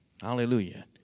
Hallelujah